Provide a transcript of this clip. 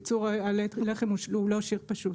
ייצור הלחם הוא לא שיר פשוט,